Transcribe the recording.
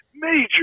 major